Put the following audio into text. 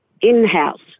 in-house